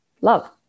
love